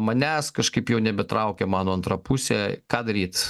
manęs kažkaip jau nebetraukia mano antra pusė ką daryt